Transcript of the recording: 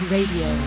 Radio